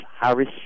Harris